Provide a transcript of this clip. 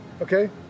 okay